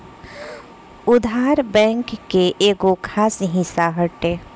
उधार, बैंक के एगो खास हिस्सा हटे